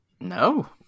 No